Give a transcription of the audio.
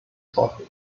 trophy